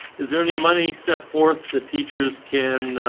is there any money set forth the teachers can, ah?